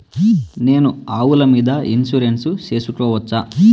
నేను ఆవుల మీద ఇన్సూరెన్సు సేసుకోవచ్చా?